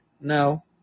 no